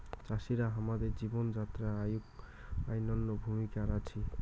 চাষিরা হামাদের জীবন যাত্রায় আইক অনইন্য ভূমিকার আছি